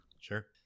sure